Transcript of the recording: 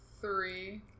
three